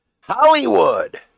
Hollywood